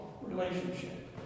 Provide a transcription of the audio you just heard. relationship